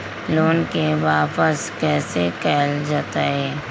Loan के वापस कैसे कैल जतय?